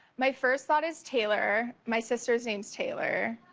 my first thought is taylor, my sister's name is taylor,